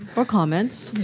or comments.